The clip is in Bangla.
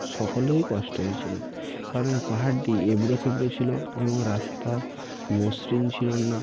সকলেরই কষ্ট হয়েছিলো কারণ এই পাহাড়টি এবড়োখেবড়ো ছিলো এবং রাস্তা মসৃণ ছিলো না